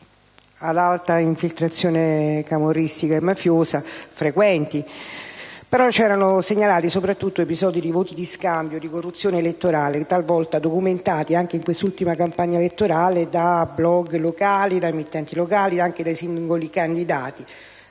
ad alta infiltrazione camorristica e mafiosa, però venivano segnalati soprattutto episodi di voti di scambio e di corruzione elettorale, talvolta documentati, anche in quest'ultima campagna elettorale, da *blog* locali, da emittenti locali, anche dai singoli candidati,